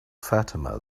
fatima